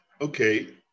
okay